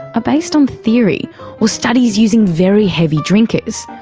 based on theory or studies using very heavy drinkers.